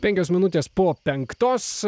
penkios minutės po penktos